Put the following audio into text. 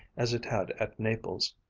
as it had at naples.